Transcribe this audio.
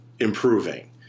Improving